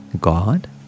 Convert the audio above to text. God